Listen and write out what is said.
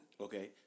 Okay